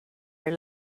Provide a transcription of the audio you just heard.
your